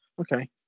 Okay